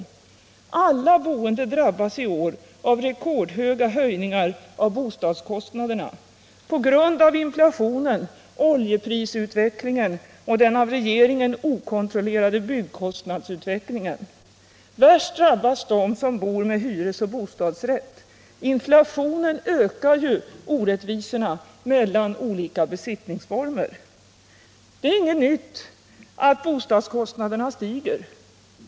Samtliga boende drabbas i år av rekordhöga höjningar av bostadskostnaderna på grund av inflationen, oljeprisutvecklingen och den av regeringen okontrollerade byggkostnadsutvecklingen. Främst drabbas de som bor med hyresoch bostadsrätt — inflationen ökar ju orättvisorna mellan olika besittningsformer. Det är inget nytt att bostadskostnaderna stiger.